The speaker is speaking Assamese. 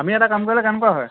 আমি এটা কাম কৰিলে কেনেকুৱা হয়